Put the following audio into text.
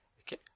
okay